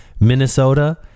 Minnesota